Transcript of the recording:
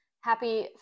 Happy